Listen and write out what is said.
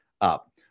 up